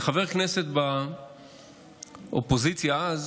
כחבר כנסת באופוזיציה אז